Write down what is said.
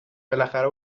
بالاخره